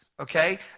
Okay